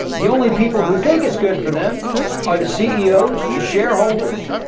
the only people who think it's good for them are the ceos, the shareholders,